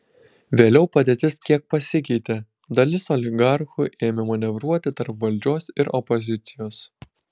vėliau padėtis kiek pasikeitė dalis oligarchų ėmė manevruoti tarp valdžios ir opozicijos